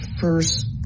first